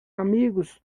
amigos